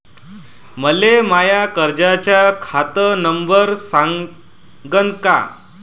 मले माया कर्जाचा खात नंबर सांगान का?